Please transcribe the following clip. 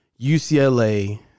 UCLA